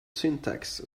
syntax